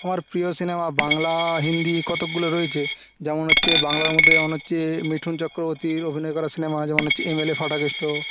আমার প্রিয় সিনেমা বাংলা হিন্দি কতকগুলো রয়েছে যেমন হচ্ছে বাংলার মধ্যে যেমন হচ্ছে মিঠুন চক্রবর্তীর অভিনয় করা সিনেমা যেমন হচ্ছে M L A Phata Keshto